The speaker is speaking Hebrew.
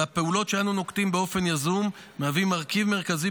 והפעולות שאנו נוקטים באופן יזום מהוות מרכיב מרכזי